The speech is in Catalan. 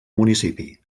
municipi